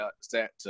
set